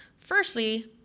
Firstly